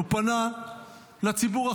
הוא פנה לציבור החרדי,